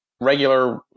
regular